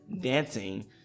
dancing